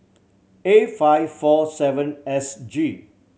A five four seven S G